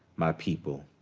my people,